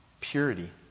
Purity